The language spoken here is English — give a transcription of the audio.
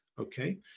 okay